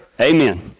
Amen